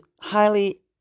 highly